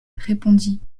répondit